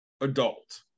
adult